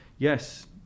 Yes